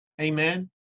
Amen